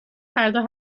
فردا